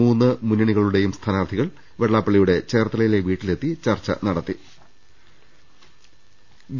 മൂന്ന് മുന്നണികളുടെയും സ്ഥാനാർത്ഥികൾ വെള്ളാപ്പള്ളിയുടെ ചേർത്ത ലയിലെ വീട്ടിലെത്തി ചർച്ച നടത്തുന്നുണ്ട്